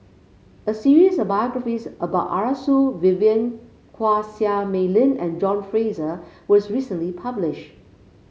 a series of biographies about Arasu Vivien Quahe Seah Mei Lin and John Fraser was recently publish